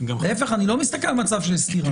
להפך, אני לא מסתכל על מצב של סתירה.